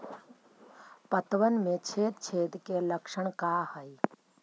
पतबन में छेद छेद के लक्षण का हइ?